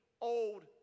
old